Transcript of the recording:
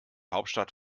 hauptstadt